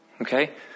Okay